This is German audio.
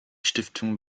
stiftung